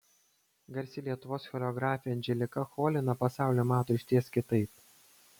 garsi lietuvos choreografė anželika cholina pasaulį mato išties kitaip